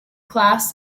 class